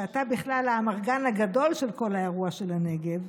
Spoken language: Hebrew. שאתה בכלל האמרגן הגדול של כל האירוע של הנגב,